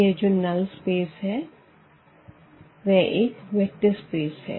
यह जो null space है वह एक वेक्टर स्पेस है